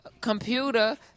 computer